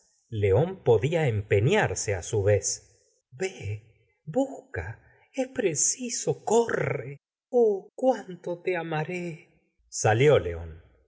león podía empeñarse á su vez vé busca es preciso corre oh cuánto te amaré salió león